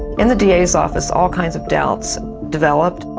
in the da's office, all kinds of doubts developed,